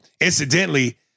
Incidentally